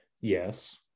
yes